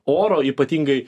oro ypatingai